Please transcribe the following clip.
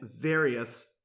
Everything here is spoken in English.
various